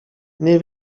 mniej